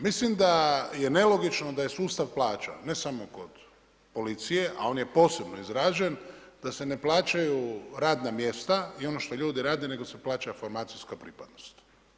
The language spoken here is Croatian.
Mislim da je nelogično da je sustav plaća ne samo kod policije, a on je posebno izražen, da se ne plaćaju radna mjesta i ono što ljudi rade, nego se plaća formacijska pripadnost.